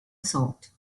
thought